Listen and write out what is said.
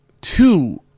two